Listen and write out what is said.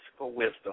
wisdom